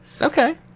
Okay